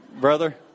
brother